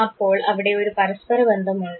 അപ്പോൾ അവിടെ ഒരു പരസ്പര ബന്ധമുണ്ട്